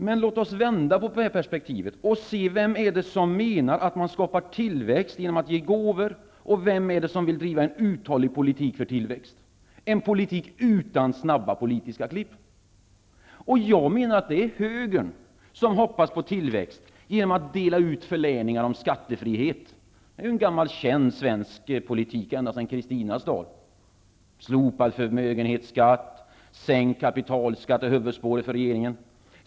Men låt oss vända på perspektivet och se vem det är som menar att man skapar tillväxt genom att ge gåvor och vem det är som vill driva en uthållig politik för tillväxt -- en politik utan snabba politiska klipp. Jag menar att det är högern som hoppas på tillväxt genom att dela ut förläningar i form av skattefrihet, en gammal känd svensk politik ända sedan Kristinas dagar. Slopad förmögenhetsskatt och sänkt kapitalskatt är huvudspåret för regeringen.